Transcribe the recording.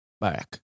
back